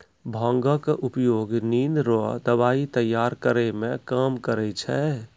भांगक उपयोग निंद रो दबाइ तैयार करै मे काम करै छै